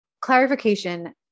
Clarification